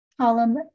column